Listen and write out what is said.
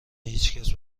هیچکس